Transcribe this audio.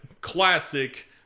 classic